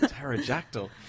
Pterodactyl